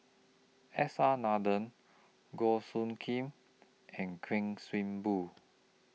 S R Nathan Goh Soo Khim and Kuik Swee Boon